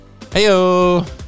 Heyo